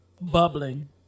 Bubbling